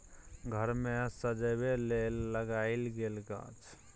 घर मे सजबै लेल लगाएल गेल गाछ